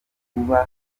kuba